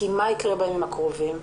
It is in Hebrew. כי מה יקרה בימים הקרובים?